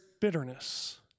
bitterness